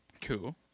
Cool